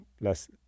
less